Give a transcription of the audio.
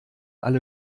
alle